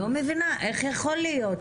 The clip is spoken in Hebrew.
אני לא מבינה, איך יכול להיות?